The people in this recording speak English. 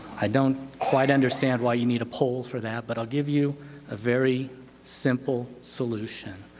i don't quite understand why you need a pull for that, but i'll give you a very simple solution.